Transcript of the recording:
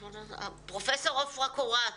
פרופסור עפרה קורת